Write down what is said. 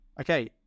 Okay